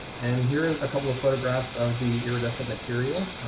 and here are a couple of photographs of the iridescent material.